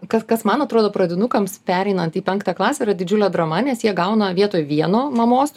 kas kas man atrodo pradinukams pereinant į penktą klasę yra didžiulė drama nes jie gauna vietoj vieno mamos